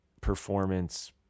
performance